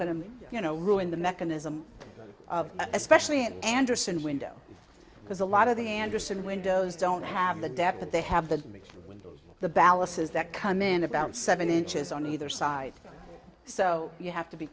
going to you know ruin the mechanism especially in andersen window because a lot of the andersen windows don't have the depth that they have the me the balances that come in about seven inches on either side so you have to be